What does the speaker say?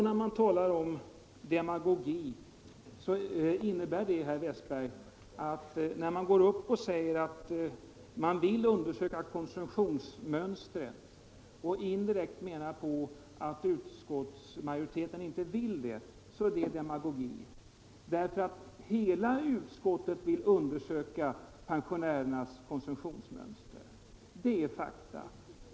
När herr Westberg går upp och säger att man vill få en undersökning av konsumtionsmönstret och indirekt menar att utskottsmajoriteten inte vill det, är det demagogi. Hela utskottet vill nämligen undersöka pensionärernas konsumtionsmönster. Det är ett faktum.